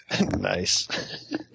Nice